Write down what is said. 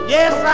Yes